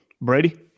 Brady